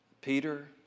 Peter